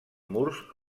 murs